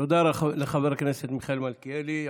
תודה רבה לחבר הכנסת מיכאל מלכיאלי.